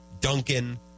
Duncan